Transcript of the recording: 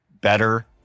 better